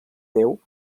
deu